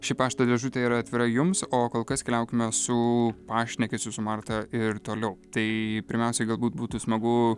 ši pašto dėžutė yra atvira jums o kol kas keliaukime su pašnekesiu su marta ir toliau tai pirmiausiai galbūt būtų smagu